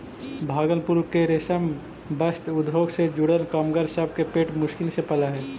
भागलपुर के रेशम वस्त्र उद्योग से जुड़ल कामगार सब के पेट मुश्किल से पलऽ हई